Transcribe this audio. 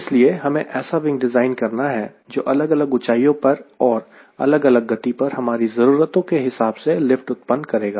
इसलिए हमें ऐसा विंग डिज़ाइन करना है जो अलग अलग ऊँचाइयों पर और अलग अलग गति पर हमारी ज़रूरतों के हिसाब से लिफ्ट उत्पन्न करेगा